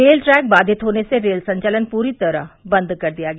rail track बाधित होने से रेल संवालन पूर्णतया बंद कर दिया गया